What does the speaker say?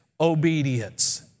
obedience